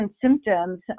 symptoms